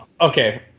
okay